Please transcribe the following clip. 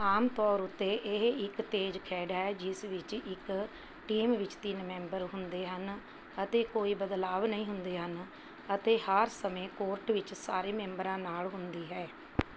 ਆਮ ਤੌਰ ਉੱਤੇ ਇਹ ਇੱਕ ਤੇਜ਼ ਖੇਡ ਹੈ ਜਿਸ ਵਿੱਚ ਇੱਕ ਟੀਮ ਵਿੱਚ ਤਿੰਨ ਮੈਂਬਰ ਹੁੰਦੇ ਹਨ ਅਤੇ ਕੋਈ ਬਦਲਾਵ ਨਹੀਂ ਹੁੰਦੇ ਹਨ ਅਤੇ ਹਰ ਸਮੇਂ ਕੋਰਟ ਵਿੱਚ ਸਾਰੇ ਮੈਂਬਰਾਂ ਨਾਲ ਹੁੰਦੀ ਹੈ